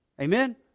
Amen